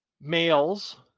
males